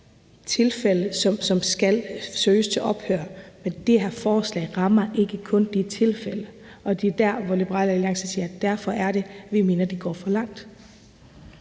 tilfælde, som skal søges til ophør, med det her forslag rammer ikke kun de tilfælde, og det er der, hvor Liberal Alliance siger, at vi mener, det går for langt.